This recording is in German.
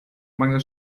mangel